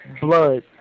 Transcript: blood